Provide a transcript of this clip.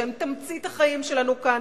שהם תמצית החיים שלנו כאן,